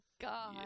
God